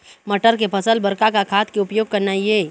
मटर के फसल बर का का खाद के उपयोग करना ये?